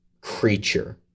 creature